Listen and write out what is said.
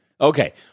Okay